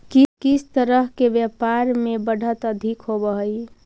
किस तरह के व्यापार में बढ़त अधिक होवअ हई